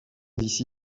d’ici